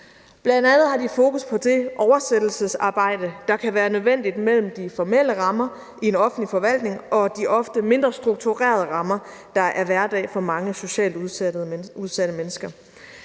Bl.a. har de fokus på det oversættelsesarbejde, der kan være nødvendigt mellem de formelle rammer i en offentlig forvaltning og de ofte mindre strukturerede rammer, der er hverdag for mange socialt udsatte mennesker.